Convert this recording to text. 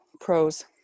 pros